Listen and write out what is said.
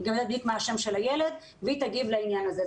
היא גם יודעת בדיוק מה השם של הילד והיא תגיב לעניין הזה.